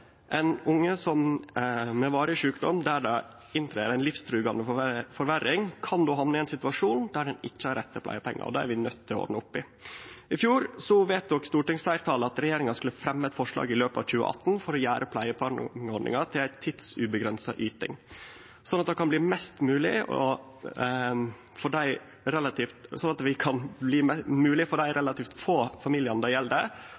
det kjem ei livstruande forverring, kan ein hamne i ein situasjon der ein ikkje har rett til pleiepengar. Det er vi nøydde til å ordne opp i. I fjor vedtok stortingsfleirtalet at regjeringa skulle fremje eit forslag i løpet av 2018 for å gjere pleiepengeordninga til ei tidsuavgrensa yting, slik at vi kan gje moglegheit for dei relativt få familiane det gjeld, og som har sterkt pleietrengjande ungar, å stå for